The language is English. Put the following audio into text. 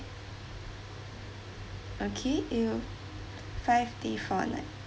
okay it will five day four night